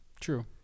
True